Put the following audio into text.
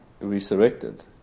resurrected